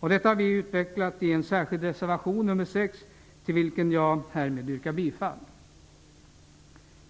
Detta har vi utvecklat i reservation nr 6, till vilken jag härmed yrkar bifall.